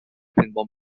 pinball